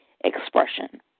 expression